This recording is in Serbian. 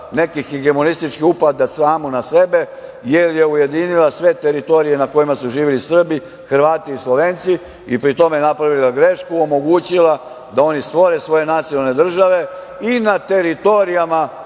neke hegemonističke upade samu na sebe, jer je ujedinila sve teritorije na kojima su živeli Srbi, Hrvati i Slovenci i pri tome napravila grešku, omogućila da oni stvore svoje nacionalne države i na teritorijima